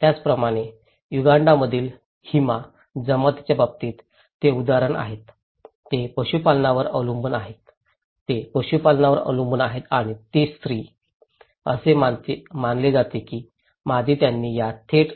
त्याचप्रमाणे युगांडामधील हिमा जमातीच्या बाबतीतही ते उदाहरणे आहेत ते पशुपालनवर अवलंबून आहेत ते पशुधनावर अवलंबून आहेत आणि ती स्त्री असे मानले जाते की मादी त्यांनी या थेट